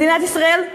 מדינת ישראל,